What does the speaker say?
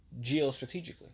geostrategically